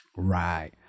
Right